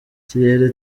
ikirere